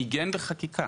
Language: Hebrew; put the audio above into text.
שעיגן בחקיקה